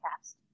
cast